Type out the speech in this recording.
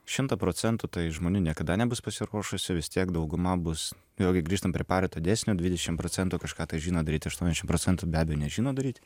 šimtą procentų tai žmonių niekada nebus pasiruošusių vis tiek dauguma bus vėlgi grįžtam prie parito dėsnio dvidešim procentų kažką tai žino daryt aštuoniasdešim procentų be abejo nežino daryt